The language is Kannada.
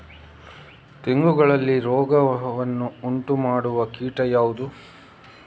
ತೆಂಗುಗಳಲ್ಲಿ ರೋಗವನ್ನು ಉಂಟುಮಾಡುವ ಕೀಟ ಯಾವುದು?